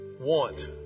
want